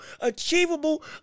Achievable